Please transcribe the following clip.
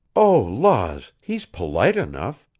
oh, laws, he's polite enough,